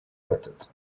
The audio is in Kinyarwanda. batatu